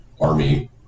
army